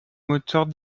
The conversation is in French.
moteurs